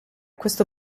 questo